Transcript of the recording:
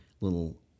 little